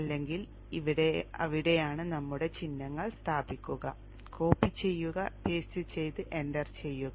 അല്ലെങ്കിൽ അവിടെയാണ് നമ്മുടെ ചിഹ്നങ്ങൾ സ്ഥാപിക്കുക കോപ്പി ചെയ്യുക പേസ്റ്റ് ചെയ്ത് എൻറർ ചെയ്യുക